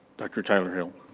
dr. tyler-hill.